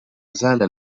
زال